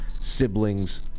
siblings